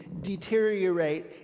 deteriorate